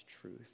truth